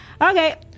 Okay